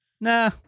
Nah